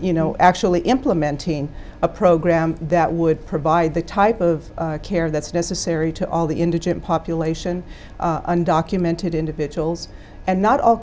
you know actually implementing a program that would provide the type of care that's necessary to all the indigent population undocumented individuals and not all